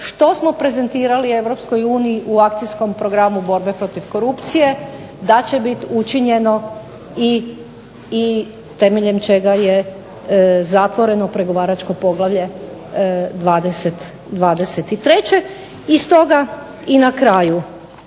što smo prezentirali Europskoj uniji u Akcijskom programu borbe protiv korupcije da će biti učinjeno i temeljem čega je zatvoreno pregovaračko poglavlje 23. I na kraju